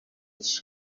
cyo